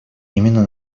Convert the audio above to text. именно